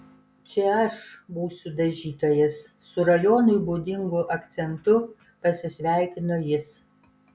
čia aš būsiu dažytojas su rajonui būdingu akcentu pasisveikino jis